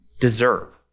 deserve